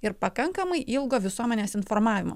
ir pakankamai ilgo visuomenės informavimo